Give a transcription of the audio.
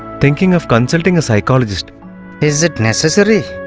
thinking of meeting a psychologist is that necessary?